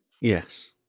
yes